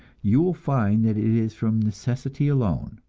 you will find that it is from necessity alone.